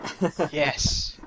Yes